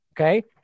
Okay